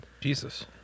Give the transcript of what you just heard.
Jesus